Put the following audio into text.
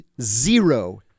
zero